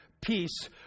peace